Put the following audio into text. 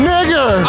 Nigger